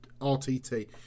RTT